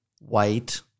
white